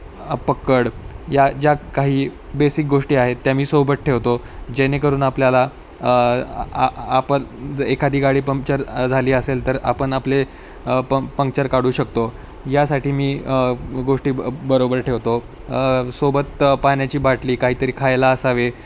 पक्कड या ज्या काही बेसिक गोष्टी आहेत त्या मी सोबत ठेवतो जेणेकरून आपल्याला आ आपण एखादी गाडी पंंम्चर झाली असेल तर आपण आपले पं पंक्चर काढू शकतो यासाठी मी गोष्टी ब बरोबर ठेवतो सोबत पाण्याची बाटली काहीतरी खायला असावे